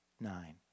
Nine